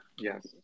yes